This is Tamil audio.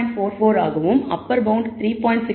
44 ஆகவும் அப்பர் பவுண்ட் 3